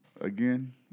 again